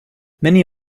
many